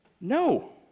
No